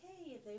okay